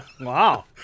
Wow